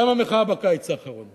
קמה מחאה בקיץ האחרון.